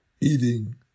eating